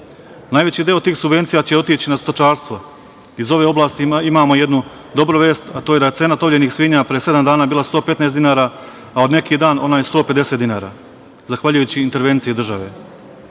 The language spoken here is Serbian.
budžet. Najveći deo tih subvencija će otići na stočarstvo. Iz ove oblasti imamo jednu dobru vest, a to je da je cena tovljenih svinja pre sedam dana bila 115 dinara, a od neki dan ona je 150 dinara, zahvaljujući intervenciji države. Setimo